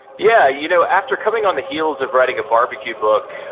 yeah, you know after coming on the heels of writing a barbecue book,